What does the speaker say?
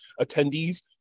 attendees